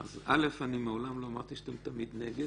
אז קודם כול, מעולם לא אמרתי שאתם תמיד נגד.